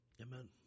Amen